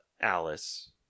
Alice